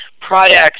products